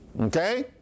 Okay